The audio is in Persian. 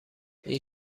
این